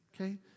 okay